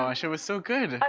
um gosh, it was so good?